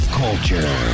culture